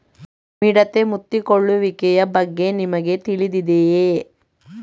ಮಿಡತೆ ಮುತ್ತಿಕೊಳ್ಳುವಿಕೆಯ ಬಗ್ಗೆ ನಿಮಗೆ ತಿಳಿದಿದೆಯೇ?